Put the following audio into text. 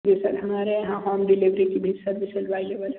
जी sir हमारे यहाँ home delivery की भी सर्विस आवेलेबल है